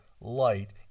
light